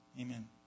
Amen